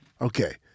Okay